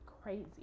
crazy